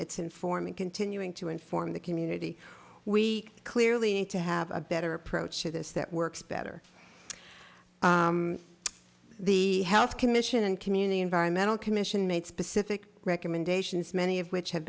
it's informing continuing to inform the community we clearly need to have a better approach to this that works better the health commission and community environmental commission made specific recommendations many of which ha